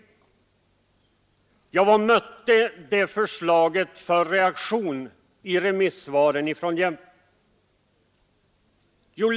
Vilka reaktioner mötte då det förslaget i remissvaren från Jämtland?